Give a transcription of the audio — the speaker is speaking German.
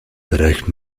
erreicht